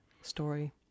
story